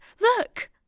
look